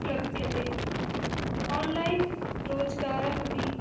लभ्यते ओन्लैन् रोजगारमपि